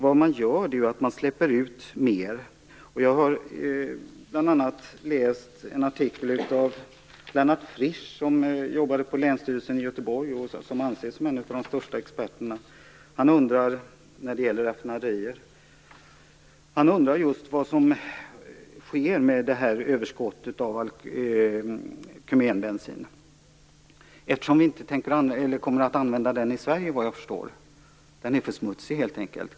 Vad man gör är att man släpper ut mer. Jag har bl.a. läst en artikel av Lennart Frisch, som jobbade på Länsstyrelsen i Göteborg och som anses som en av de största experterna. Han undrar just vad som sker med det här överskottet av kumenbensin, eftersom vi inte kommer att använda denna i Sverige vad jag förstår. Den är för smutsig helt enkelt.